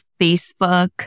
Facebook